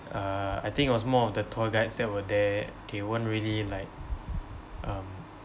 uh I think it was more of the tour guides that were there they weren't really like um